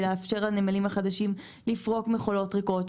לאפשר לנמלים החדשים לפרוק מכולות ריקות,